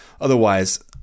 otherwise